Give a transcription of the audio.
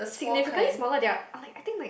significantly smaller than I think they are like